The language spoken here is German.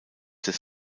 des